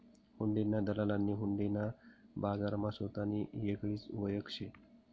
हुंडीना दलालनी हुंडी ना बजारमा सोतानी येगळीच वयख शे